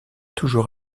toujours